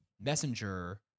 messenger